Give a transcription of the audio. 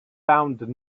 found